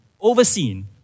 overseen